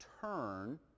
turn